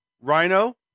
Rhino